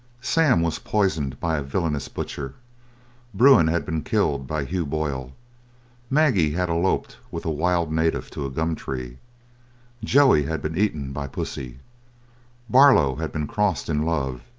sam was poisoned by a villainous butcher bruin had been killed by hugh boyle maggie had eloped with a wild native to a gum-tree joey had been eaten by pussy barlow had been crossed in love,